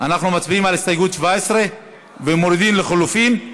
הסתייגות 17. אנחנו מצביעים על הסתייגות 17 ומורידים לחלופין?